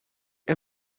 les